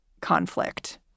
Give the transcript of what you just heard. conflict